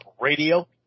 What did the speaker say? radio